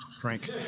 Frank